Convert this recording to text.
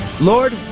Lord